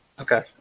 okay